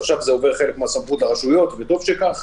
עכשיו חלק מהסמכויות עוברות לרשויות, וטוב שכך,